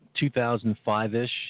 2005-ish